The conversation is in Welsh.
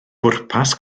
bwrpas